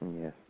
Yes